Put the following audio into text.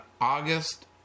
august